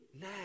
now